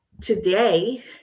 today